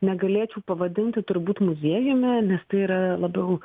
negalėčiau pavadinti turbūt muziejumi nes tai yra labiau